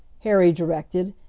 harry directed,